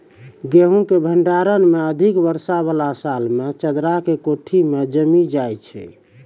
गेहूँ के भंडारण मे अधिक वर्षा वाला साल मे चदरा के कोठी मे जमीन जाय छैय?